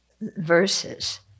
verses